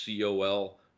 col